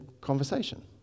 conversation